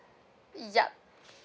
yup